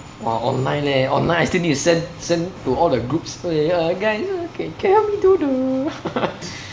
!wah! online leh online I still need to send send to all the groups eh ya guys can help me do the